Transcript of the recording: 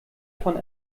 von